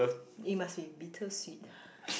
it must be bittersweet